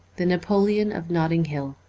the napoleon of notting hill